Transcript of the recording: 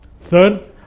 Third